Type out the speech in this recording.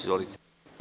Izvolite.